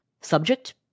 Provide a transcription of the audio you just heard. subject